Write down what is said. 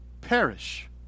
perish